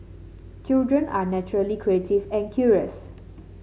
children are naturally creative and curious